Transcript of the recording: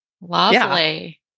Lovely